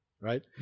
Right